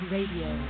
Radio